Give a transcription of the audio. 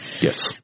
Yes